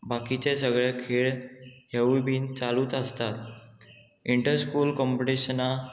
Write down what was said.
बाकीचे सगळे खेळ हेवूय बीन चालूच आसतात इंटरस्कूल कॉम्पिटिशनां